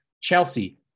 Chelsea